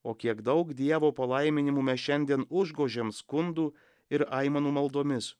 o kiek daug dievo palaiminimu mes šiandien užgožiam skundų ir aimanų maldomis